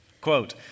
Quote